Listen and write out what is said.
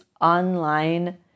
online